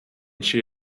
she